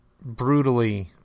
brutally